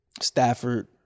Stafford